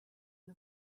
and